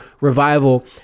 revival